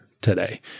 today